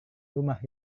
rumah